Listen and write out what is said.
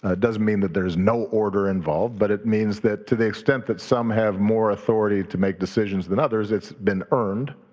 ah doesn't mean that there's no order involved, but it means that to the extent that some have more authority to make decisions than others, it's been earned.